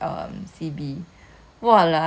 plus remember that time I make the souffle pancakes